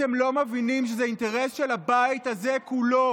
אתם לא מבינים שזה אינטרס של הבית הזה כולו